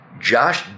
josh